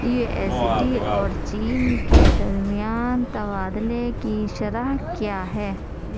you S D اور چین کے درمیان تبادلے کی شرح کیا ہے